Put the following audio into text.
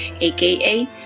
aka